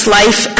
life